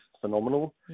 phenomenal